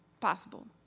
possible